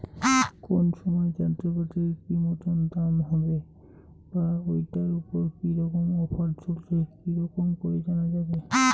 কোন সময় যন্ত্রপাতির কি মতন দাম হবে বা ঐটার উপর কি রকম অফার চলছে কি রকম করি জানা যাবে?